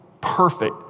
perfect